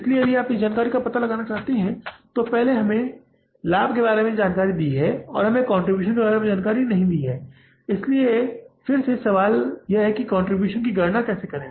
इसलिए यदि आप इस जानकारी का पता लगाना चाहते हैं लेकिन यहां हमें लाभ के बारे में जानकारी दी गई है और हमें कंट्रीब्यूशन के बारे में जानकारी नहीं दी गई है इसलिए फिर से यह सवाल है कि कंट्रीब्यूशन की गणना कैसे करें